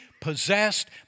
possessed